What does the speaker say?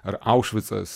ar aušvicas